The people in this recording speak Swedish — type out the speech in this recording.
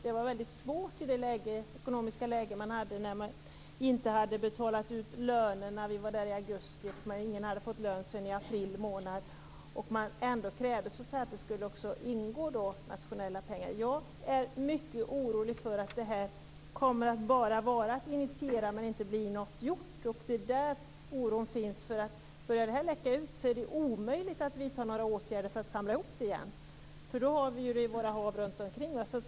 Det var väldigt svårt i det ekonomiska läge man hade. Man hade t.ex. inte betalat ut lönerna sedan i april månad, och vi var där i augusti. Ändå krävdes att det också skulle ingå nationella pengar. Jag är mycket orolig för att det här kommer att bara initieras och att inget kommer att bli gjort. Det är där oron finns. Börjar de miljöfarliga ämnena läcka ut är det omöjligt att vidta några åtgärder för att samla upp dem igen. Då har vi dem i våra hav runt omkring.